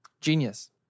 genius